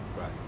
right